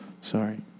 Sorry